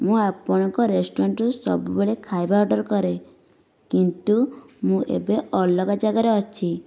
ମୁଁ ଆପଣଙ୍କ ରେଷ୍ଟୁରାଣ୍ଟରୁ ସବୁବେଳେ ଖାଇବା ଅର୍ଡ଼ର କରେ କିନ୍ତୁ ମୁଁ ଏବେ ଅଲଗା ଯାଗାରେ ଅଛି